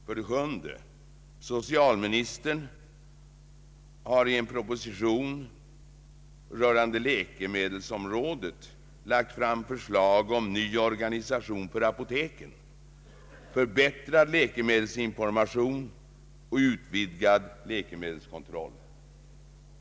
För det åttonde: Socialministern har i en proposition rörande läkemedelsområdet lagt fram förslag till ny organisation för apoteken, förbättrad läkemedelsinformation och utvidgad läkemedelskontroll.